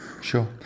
Sure